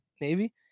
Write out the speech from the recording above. Navy